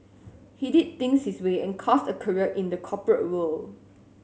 he did things his way and carved a career in the corporate world